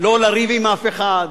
לא לריב עם אף אחד,